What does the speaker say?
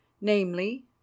namely